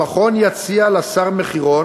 המכון יציע לשר מחירון